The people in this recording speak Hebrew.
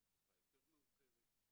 מתקופה יותר מאוחרת,